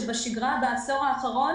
שבשגרה בעשור האחרון